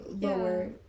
lower